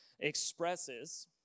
expresses